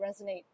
resonate